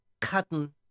cotton